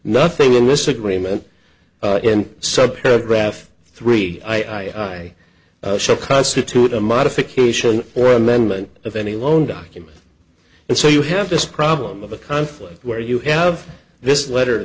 nothing in this agreement so paragraph three i shall constitute a modification or amendment of any loan documents and so you have this problem of a conflict where you have this letter